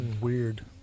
Weird